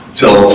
till